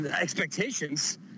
expectations